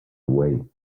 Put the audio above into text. away